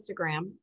Instagram